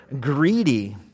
greedy